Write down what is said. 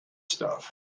stuff